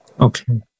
Okay